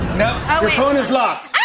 phone is locked.